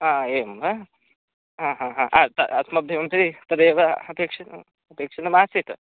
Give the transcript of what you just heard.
अ एवं वा अ हा हा अ स अस्मभ्यं ते तदेव अपेक्षितम् अपेक्षितमासीत्